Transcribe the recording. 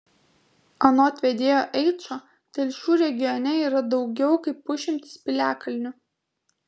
anot vedėjo eičo telšių regione yra daugiau kaip pusšimtis piliakalnių